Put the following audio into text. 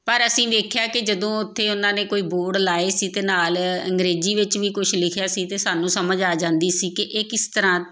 ਪਰ ਅਸੀਂ ਦੇਖਿਆ ਕਿ ਜਦੋਂ ਉੱਥੇ ਉਹਨਾਂ ਨੇ ਕੋਈ ਬੋਰਡ ਲਗਾਏ ਸੀ ਅਤੇ ਨਾਲ ਅੰਗਰੇਜ਼ੀ ਵਿੱਚ ਵੀ ਕੁਛ ਲਿਖਿਆ ਸੀ ਤਾਂ ਸਾਨੂੰ ਸਮਝ ਆ ਜਾਂਦੀ ਸੀ ਕਿ ਇਹ ਕਿਸ ਤਰ੍ਹਾਂ